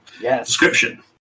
Description